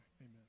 Amen